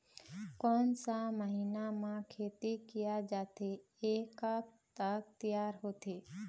कोन सा महीना मा खेती किया जाथे ये कब तक तियार होथे?